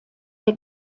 der